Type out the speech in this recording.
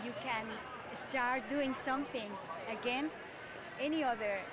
you can start doing something against any other